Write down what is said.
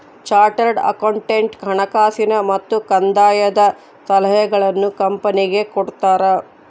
chartered accountant ಹಣಕಾಸಿನ ಮತ್ತು ಕಂದಾಯದ ಸಲಹೆಗಳನ್ನು ಕಂಪನಿಗೆ ಕೊಡ್ತಾರ